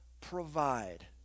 Provide